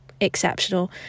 exceptional